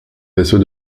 vaisseau